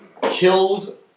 killed